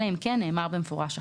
אלא אם כן נאמר במפורש אחרת.